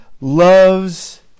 loves